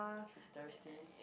she's thirsty